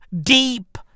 deep